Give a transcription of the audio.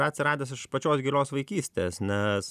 yra atsiradęs iš pačios gilios vaikystės nes